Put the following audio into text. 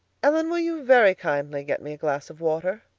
ellen, will you very kindly get me a glass of water?